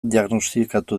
diagnostikatu